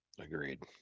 agreed